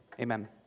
Amen